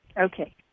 Okay